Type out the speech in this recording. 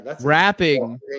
Rapping